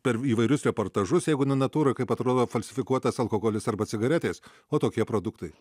per įvairius reportažus jeigu natūra kaip atrodo falsifikuotas alkoholis arba cigaretės o tokie produktai